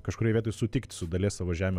kažkurioj vietoj sutikt su dalies savo žemių